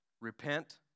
Repent